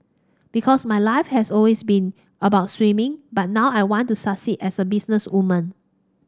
because my life has always been about swimming but now I want to succeed as a businesswoman